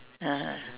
(uh huh)